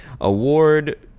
award